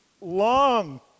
long